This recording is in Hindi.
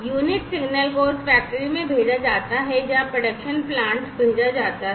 यूनिट सिग्नल को उस फैक्ट्री में भेजा जाता है जो प्रोडक्शन प्लांट भेजा जाता है